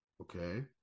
Okay